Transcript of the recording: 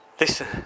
Listen